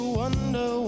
wonder